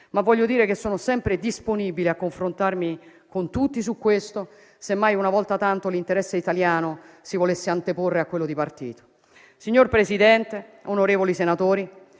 Ma voglio dire che sono sempre disponibile a confrontarmi con tutti su questo, semmai una volta tanto l'interesse italiano si volesse anteporre a quello di partito. Signor Presidente, onorevoli senatori,